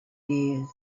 dears